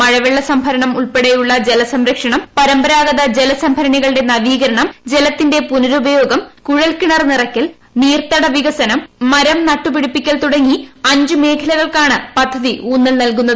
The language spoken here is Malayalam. മഴവെള്ള സംഭരണം ഉൾപ്പെടെയുള്ള ജലസംരക്ഷണം പരമ്പരാഗത ജല സംഭരണികളുടെ ് നവീകരണം ജലത്തിന്റെ പുനരുപയോഗം കുഴൽ കിണർ നിറയ്ക്കൽ നീർത്തട വികസനം മരം നട്ടുപിടിപ്പിക്കൽ തുടങ്ങി അഞ്ച് മേഖലകൾക്കാണ് പദ്ധതി ഉൌന്നൽ നൽകുന്നത്